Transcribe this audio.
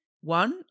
One